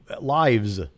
lives